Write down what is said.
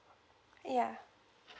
ya